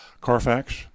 Carfax